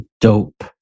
dope